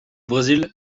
brésil